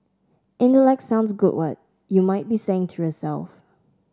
intellect sounds good what you might be saying to yourself